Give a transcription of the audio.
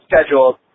scheduled